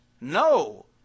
No